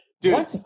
Dude